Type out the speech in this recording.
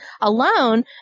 alone